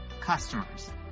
customers